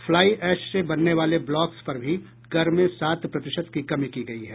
fly ash से बनने वाले ब्लॉक्स पर भी कर में सात प्रतिशत की कमी की गयी है